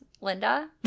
Linda